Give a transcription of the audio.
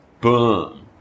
boom